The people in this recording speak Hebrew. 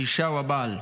האישה או הבעל.